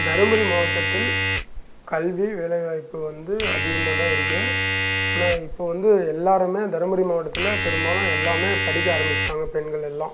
தருமபுரி மாவட்டத்தில் கல்வி வேலைவாய்ப்பு வந்து அதிகமாக தான் இருக்குது ஆனால் இப்போது வந்து எல்லாேருமே தருமபுரி மாவட்டத்தில் பெரும்பாலும் எல்லாமே படிக்க ஆரம்மிச்சுட்டாங்க பெண்கள்யெல்லாம்